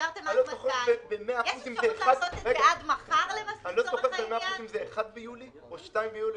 אני לא זוכר במאה אחוז אם זה 1 ביולי או עד 2 ביולי,